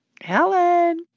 Helen